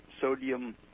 sodium